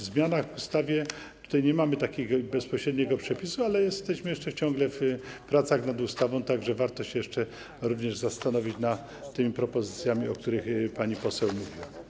W zmianach w ustawie nie mamy takiego bezpośredniego przepisu, ale jesteśmy jeszcze ciągle w trakcie prac nad ustawą, tak że warto się jeszcze również zastanowić nad tymi propozycjami, o których pani poseł mówiła.